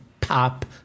pop